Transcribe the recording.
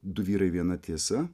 du vyrai viena tiesa